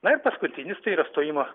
na ir paskutinis tai yra stojimo